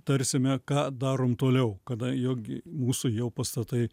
tarsime ką darom toliau kada jog gi mūsų jau pastatai